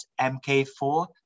MK4